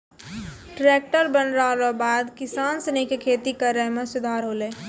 tractor बनला रो बाद किसान सनी के खेती करै मे सुधार होलै